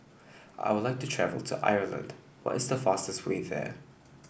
I would like to travel to Ireland what is the fastest way there